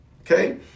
okay